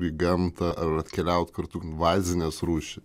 į gamtą ar atkeliaut kartu invazinės rūšy